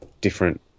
different